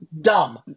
Dumb